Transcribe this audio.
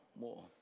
more